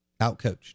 outcoached